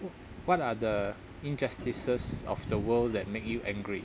wh~ what are the injustices of the world that make you angry